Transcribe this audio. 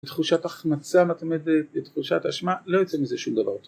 בתחושת החמצה מתמדת, בתחושת אשמה, לא יוצא מזה שום דבר